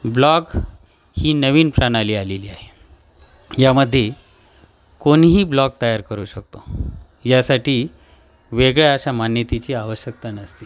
blog ही नवीन प्राणाली आलेली आहे यामध्ये कोणीही ब्लॉग तयार करू शकतो यासाठी वेगळ्या अशा मान्यतेची आवश्यकता नसते